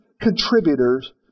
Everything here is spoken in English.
contributors